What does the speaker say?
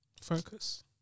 Focus